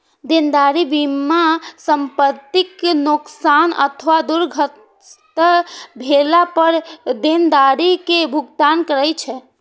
देनदारी बीमा संपतिक नोकसान अथवा दुर्घटनाग्रस्त भेला पर देनदारी के भुगतान करै छै